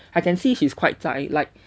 I can see she's quite zai like